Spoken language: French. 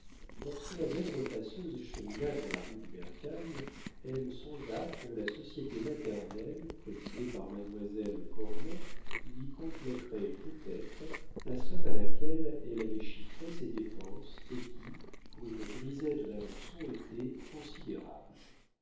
lorsque la belle repasseuse chemina dans la rue du bercail elle songea que la société maternelle présidée par mademoiselle cormon lui compléterait peut-être la somme à laquelle elle avait chiffré ses dépenses et qui pour une grisette d'alençon était considérable